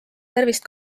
tervist